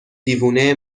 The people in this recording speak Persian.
دیوونه